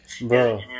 Bro